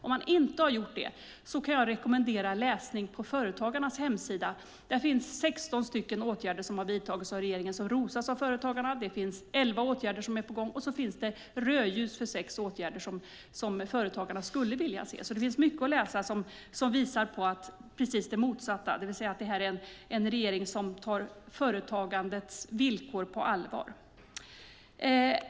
Om han inte har gjort det kan jag rekommendera läsning på Företagarnas hemsida. Där finns 16 åtgärder som har vidtagits av regeringen som rosas av Företagarna. Det finns elva åtgärder som är på gång, och så finns det rödljus för sex åtgärder som Företagarna skulle vilja se. Det finns mycket som visar på precis det motsatta. Detta är en regering som tar företagandets villkor på allvar.